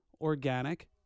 organic